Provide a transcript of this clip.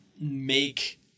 make